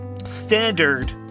standard